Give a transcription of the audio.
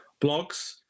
blogs